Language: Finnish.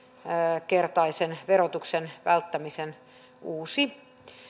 kaksinkertaisen verotuksen välttämisen uusi